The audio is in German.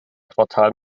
quartal